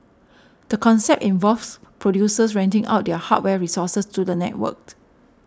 the concept involves producers renting out their hardware resources to the networked